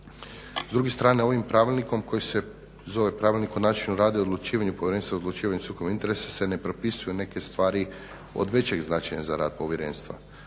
S druge strane, ovim pravilnikom koji se zove Pravilnik o načinu rada i odlučivanja Povjerenstva o odlučivanju sukoba interesa se ne propisuju neke stvari od većeg značaja za rad povjerenstva